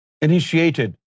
initiated